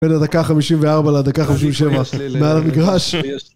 בין הדקה 54 לדקה 57, מעל המגרש.